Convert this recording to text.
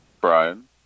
Brian